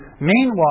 Meanwhile